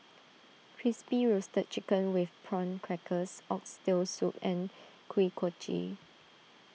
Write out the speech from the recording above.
Crispy Roasted Chicken with Prawn Crackers Oxtail Soup and Kuih Kochi